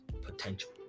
potential